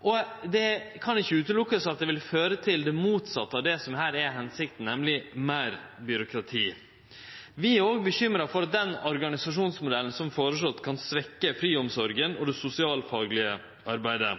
og ein kan ikkje sjå bort frå at det vil føre til det motsette av det som her er hensikta, nemleg meir byråkrati. Vi er òg bekymra for at den organisasjonsmodellen som er føreslått, kan svekkje friomsorga og det sosialfaglege arbeidet.